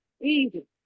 easy